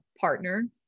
partner